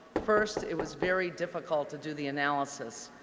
first, it was very difficult to do the analysis.